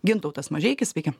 gintautas mažeikis sveiki